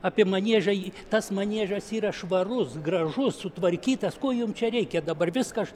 apie maniežą jį tas maniežas yra švarus gražus sutvarkytas ko jums čia reikia dabar viskas